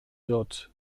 wird